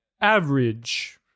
average